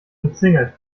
umzingelt